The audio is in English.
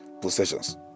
possessions